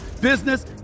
business